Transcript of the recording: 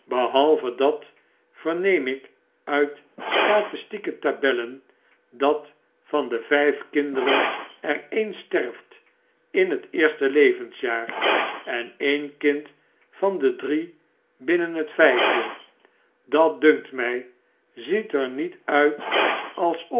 behalve dat verneem ik uit statistieke tabellen dat van de vyf kinderen er een sterft in het eerste levensjaar en een kind van de drie binnen het vyfde dat dunkt my ziet er niet uit alsof